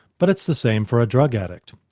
but it's the same for a drug addict,